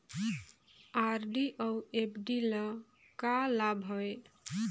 RD अऊ FD ल का लाभ हवे?